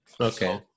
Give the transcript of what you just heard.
okay